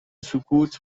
سکوت